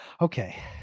okay